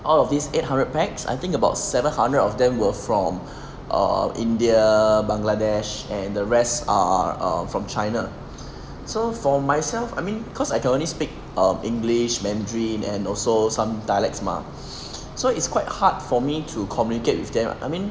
all of these eight hundred pax I think about seven hundred of them were from India Bangladesh and the rest are um from china so for myself I mean cause I can only speak english mandarin and also some dialects mah so it's quite hard for me to communicate with them I mean